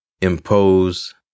impose